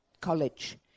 college